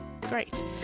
great